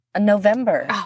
november